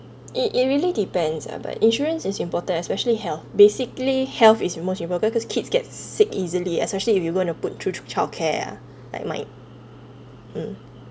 it it really depends ah but insurance is important especially health basically health is most important because kids get sick easily especially if you gonna put through to childcare ah like my um